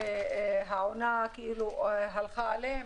שהעונה הלכה להם.